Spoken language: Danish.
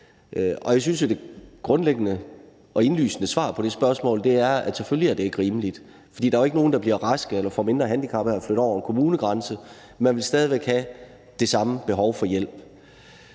Og jeg synes jo, at det grundlæggende og indlysende svar på det spørgsmål er, at selvfølgelig er det ikke rimeligt, for der er jo ikke nogen, der bliver raske eller får mindre handicap af at flytte over en kommunegrænse. Man vil stadig væk have det samme behov for hjælp.